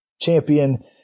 champion